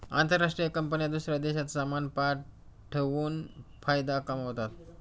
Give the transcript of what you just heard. आंतरराष्ट्रीय कंपन्या दूसऱ्या देशात सामान पाठवून फायदा कमावतात